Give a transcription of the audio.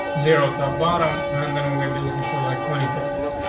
zero top bottom on. then we're gonna be looking for, like, twenty pixels,